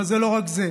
אבל זה לא רק זה.